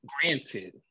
Granted